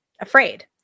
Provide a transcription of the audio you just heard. afraid